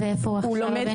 איפה עכשיו הבן שלך?